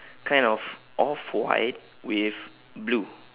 kind of off white with blue